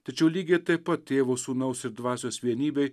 tačiau lygiai taip pat tėvo sūnaus ir dvasios vienybėj